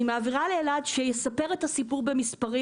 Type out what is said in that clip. אני מעבירה לאלעד שיספר את הסיפור במספרים.